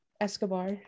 escobar